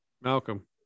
Malcolm